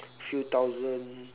few thousand